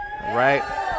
right